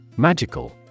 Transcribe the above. Magical